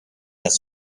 das